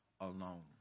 alone